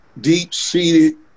deep-seated